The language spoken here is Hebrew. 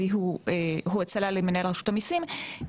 אבל הואצלה למנהל רשות המיסים,